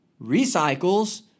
recycles